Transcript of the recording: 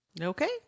Okay